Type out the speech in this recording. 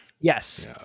Yes